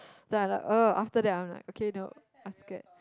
then I like after that I'm like okay no I scared